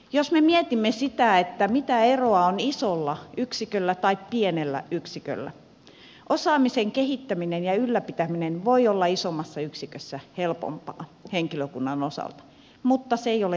jos me mietimme sitä mitä eroa on isolla yksiköllä tai pienellä yksiköllä osaamisen kehittäminen ja ylläpitäminen voi olla isommassa yksikössä helpompaa henkilökunnan osalta mutta se ei ole itsestäänselvyys